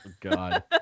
god